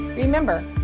remember,